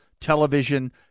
television